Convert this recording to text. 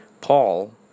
Paul